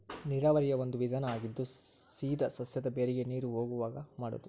ನೇರಾವರಿಯ ಒಂದು ವಿಧಾನಾ ಆಗಿದ್ದು ಸೇದಾ ಸಸ್ಯದ ಬೇರಿಗೆ ನೇರು ಹೊಗುವಂಗ ಮಾಡುದು